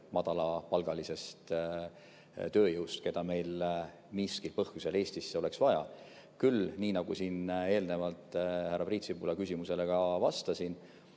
madalapalgalisest tööjõust, keda meil mingil põhjusel Eestisse oleks vaja. Küll aga, nii nagu siin eelnevalt härra Priit Sibula küsimusele ka vastasin,